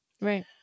right